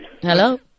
hello